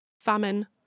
famine